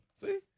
see